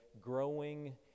growing